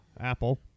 apple